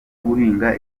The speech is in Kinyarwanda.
guhinga